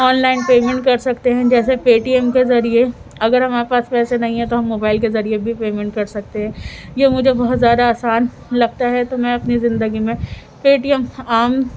on line payment کر سکتے ہیں جیسے پے ٹی ایم کے ذریعہ اگر ہمارے پاس پیسے نہیں ہیں تو ہم موبائل کے ذریعہ بھی پیمنٹ کرسکتے ہیں یہ مجھے بہت زیادہ آسان لگتا ہے تو میں اپنی زندگی میں پے ٹی ایم عام